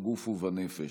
בגוף ובנפש.